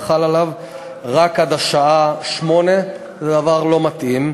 חל עליו רק עד השעה 20:00. זה דבר לא מתאים,